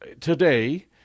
today